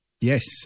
Yes